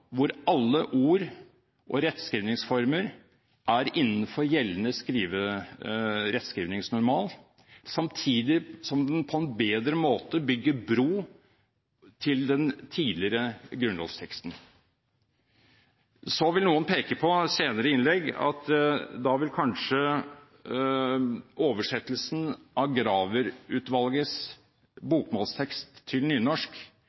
hvor alle ord og rettskrivningsformer er innenfor gjeldende rettskrivningsnormal og samtidig på en bedre måte bygger bro til den tidligere grunnlovsteksten. Så vil noen peke på i senere innlegg at da vil kanskje oversettelsen av Graver-utvalgets bokmålstekst til nynorsk